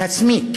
להסמיק